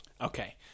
Okay